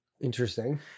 Interesting